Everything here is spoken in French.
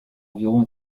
environ